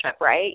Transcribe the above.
right